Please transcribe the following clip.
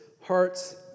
heart's